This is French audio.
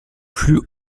plus